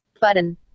button